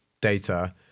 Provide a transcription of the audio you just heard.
data